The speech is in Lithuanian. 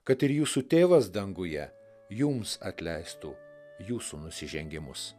kad ir jūsų tėvas danguje jums atleistų jūsų nusižengimus